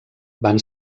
van